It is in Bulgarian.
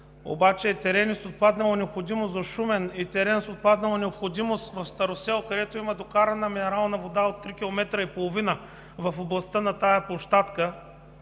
Обаче терени с отпаднала необходимост в Шумен и терен с отпаднала необходимост в Старосел, където има докарана минерална вода от 3,5 км в областта на тази площадка,